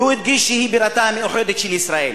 והוא הדגיש שהיא בירתה המאוחדת של ישראל.